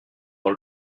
dans